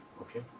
Okay